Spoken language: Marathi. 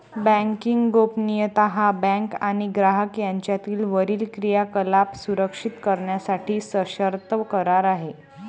बँकिंग गोपनीयता हा बँक आणि ग्राहक यांच्यातील वरील क्रियाकलाप सुरक्षित करण्यासाठी सशर्त करार आहे